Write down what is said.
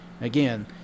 again